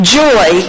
joy